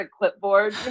clipboard